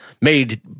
made